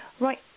Right